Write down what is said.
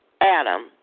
Adam